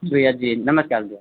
भैया जी नमस्कार भैया